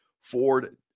Ford